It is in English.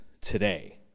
today